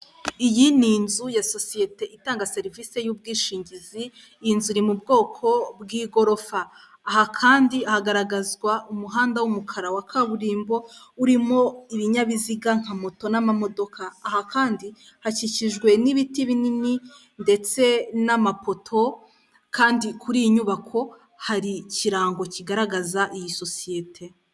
Iyi ni inzu ya sosiyete itanga serivisi y'ubwishingizi, iyi inzu iri mu bwoko bw'igorofa, aha kandi hagaragazwa umuhanda w'umukara wa kaburimbo urimo ibinyabiziga nka moto n'amamodoka. Aha kandi hakikijwe n'ibiti binini ndetse n'amapoto kandi kuri iyi nyubako hari ikirango kigaragaza iyi sosiyete.